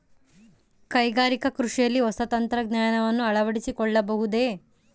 ಕೈಗಾರಿಕಾ ಕೃಷಿಯಲ್ಲಿ ಹೊಸ ತಂತ್ರಜ್ಞಾನವನ್ನ ಅಳವಡಿಸಿಕೊಳ್ಳಬಹುದೇ?